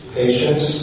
patience